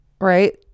Right